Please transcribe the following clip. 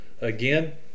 again